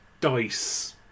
dice